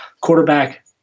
quarterback